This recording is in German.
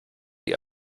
die